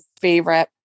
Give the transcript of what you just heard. favorite